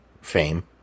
fame